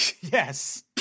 Yes